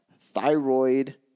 thyroid